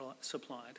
supplied